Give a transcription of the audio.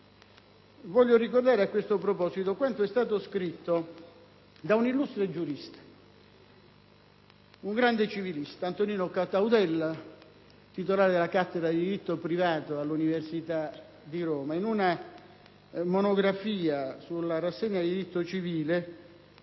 voglio ricordare quanto è stato scritto da un illustre giurista, un grande civilista, Antonino Cataudella, titolare della cattedra di diritto civile all'Università di Roma, in una monografia contenuta nella «Rassegna di diritto civile».